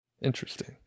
Interesting